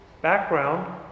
background